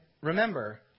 remember